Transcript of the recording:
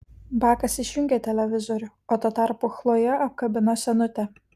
bakas išjungė televizorių o tuo tarpu chlojė apkabino senutę